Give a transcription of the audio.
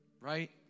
Right